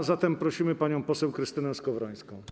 A zatem prosimy panią poseł Krystynę Skowrońską.